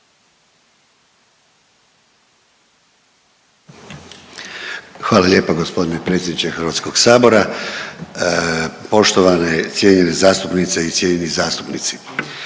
Hvala lijepa gospodine predsjedniče Hrvatskog sabora. Poštovane cijenjene zastupnice i cijenjeni zastupnici.